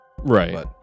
Right